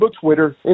Twitter